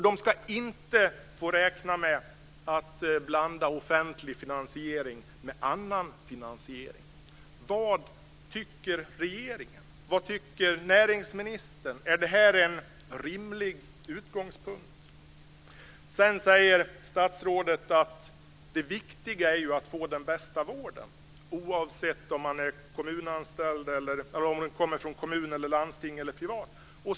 De ska inte räkna med att få blanda offentlig finansiering med annan finansiering. Är det här en rimlig utgångspunkt? Sedan säger statsrådet att det viktiga är att få den bästa vården oavsett om den kommer från kommun eller landsting eller är privat.